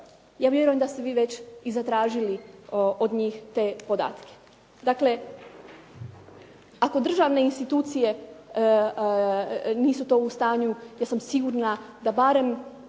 Ja vjerujem da ste vi već i zatražili od njih te podatke. Dakle, ako državne institucije nisu to u stanju, ja sam sigurna da barem